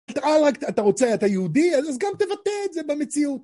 ... אתה רוצה, אתה יהודי? אז גם תבטא את זה במציאות.